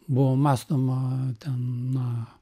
buvo mąstoma na